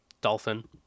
dolphin